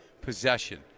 possession